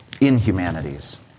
inhumanities